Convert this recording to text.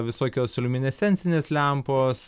visokios liuminescencinės lempos